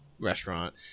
restaurant